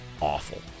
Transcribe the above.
awful